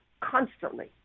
constantly